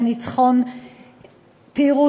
זה ניצחון פירוס,